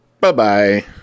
Bye-bye